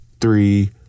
three